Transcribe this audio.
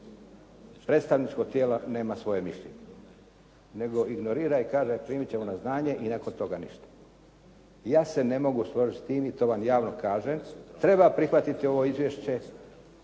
predstavničko tijelo nema svoje mišljenje, nego ignorira i kaže primit ćemo na znanje i nakon toga ništa. Ja se ne mogu složiti s tim i to vam javno kažem. Treba prihvatiti ovo izvješće,